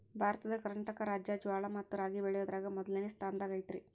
ಭಾರತದ ಕರ್ನಾಟಕ ರಾಜ್ಯ ಜ್ವಾಳ ಮತ್ತ ರಾಗಿ ಬೆಳಿಯೋದ್ರಾಗ ಮೊದ್ಲನೇ ಸ್ಥಾನದಾಗ ಐತಿ